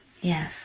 Yes